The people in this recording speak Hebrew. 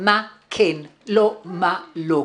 מה כן, לא מה לא.